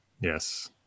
yes